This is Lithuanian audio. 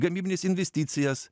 gamybines investicijas